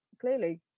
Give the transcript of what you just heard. clearly